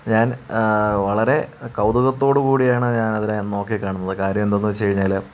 ഞാൻ വളരെ കൗതുകത്തോട് കൂടിയാണ് ഞാനതിനെ നോക്കിക്കാണുന്നത് കാര്യം എന്തെന്ന് വച്ചു കഴിഞ്ഞാൽ